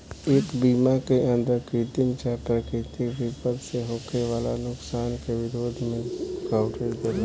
ए बीमा के अंदर कृत्रिम चाहे प्राकृतिक विपद से होखे वाला नुकसान के विरोध में कवरेज देला